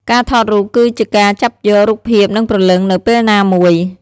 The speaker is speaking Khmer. ការថតរូបគឺជាការចាប់យករូបភាពនិងព្រលឹងនៅពេលណាមួយ។